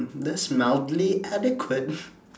that's mildly adequate